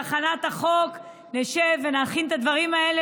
בהכנת החוק נשב ונכין את הדברים האלה